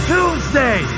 Tuesday